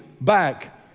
back